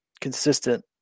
consistent